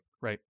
Right